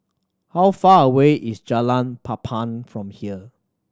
how far away is Jalan Papan from here